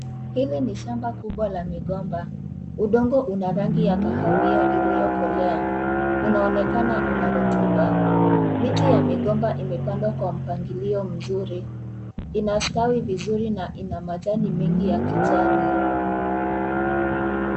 Hili ni shamba kubwa la migomba. Udongo una rangi ya kahawia iliyokolea. Unaonekana una rutuba. Miti ya migomba imepandwa kwa mpangilio mzuri. Inastawi vizuri na ina majani mengi ya kijani.